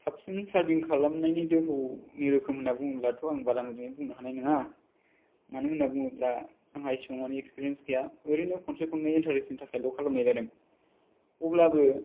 साबसिन सार्फिं खालामनायनि दोहौनि रोखोम होनना बुङोब्लाथ' आं बारा मोजां बुंनो हानाय नङा मानो होनना बुङोब्ला आंहा एसेबां माने एक्सपीरियेस गैया ओरैनो खनसे खननै इनटारेस्ट नि थाखायल' खालामनाय जादों अब्लाबो